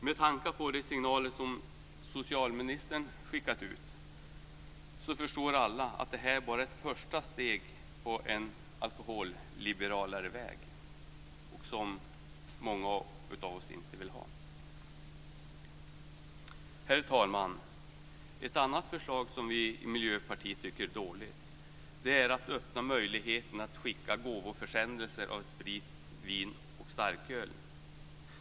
Med tanke på de signaler som socialministern har skickat ut förstår alla att det här bara är ett första steg på en alkoholliberalare väg, som många av oss inte vill ha. Herr talman! Ett annat förslag som vi i Miljöpartiet tycker är dåligt är att öppna möjligheten att skicka gåvoförsändelser med sprit, vin och starköl.